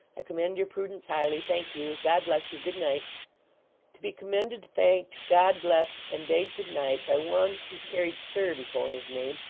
i commend your prudence highly. thank you. god bless you. good night to be commended, thanked, god-blessed, and bade good night by one who carried sir before his name,